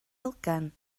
elgan